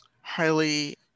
highly